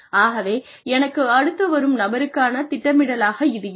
ஆகவே எனக்கு அடுத்து வரும் நபருக்கான திட்டமிடலாக இது இருக்கும்